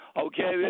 Okay